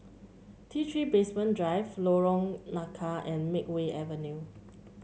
T Three Basement Drive Lorong Nangka and Makeway Avenue